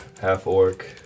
half-orc